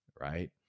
right